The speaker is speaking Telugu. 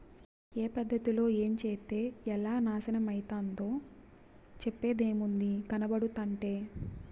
ఏ పద్ధతిలో ఏంచేత్తే ఎలా నాశనమైతందో చెప్పేదేముంది, కనబడుతంటే